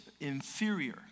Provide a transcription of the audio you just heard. inferior